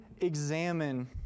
examine